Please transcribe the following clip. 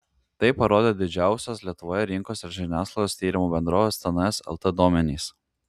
tai parodė didžiausios lietuvoje rinkos ir žiniasklaidos tyrimų bendrovės tns lt duomenys